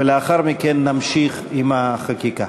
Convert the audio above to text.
ולאחר מכן נמשיך בחקיקה.